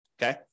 Okay